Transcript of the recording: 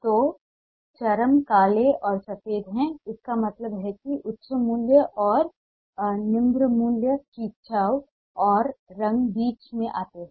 तो चरम काले और सफेद हैं इसका मतलब है कि उच्च मूल्य और निम्न मूल्य खिंचाव और रंग बीच में आता है